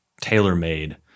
tailor-made